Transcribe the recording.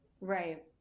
Right